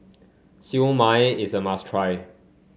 Siew Mai is a must try